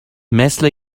مثل